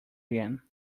again